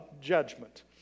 judgment